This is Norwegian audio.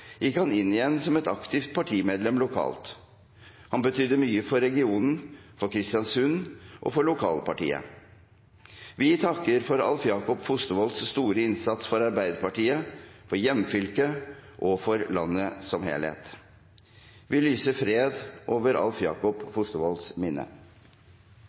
inn igjen som et aktivt partimedlem lokalt. Han betydde mye for regionen, for Kristiansund og for lokalpartiet. Vi takker for Alv Jakob Fostervolls store innsats for Arbeiderpartiet, for hjemfylket og for landet som helhet. Vi lyser fred over Alv Jakob Fostervolls minne.